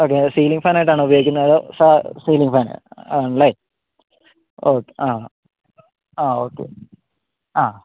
okay ceiling ഫാനായിട്ടാണോ ഉപയോഗിക്കുന്നത് അതോ സാ സീലിങ്ങ് ഫാൻ ആണല്ലേ ഓക്കെ ആ ആ ഓക്കെ ആ